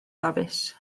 dafis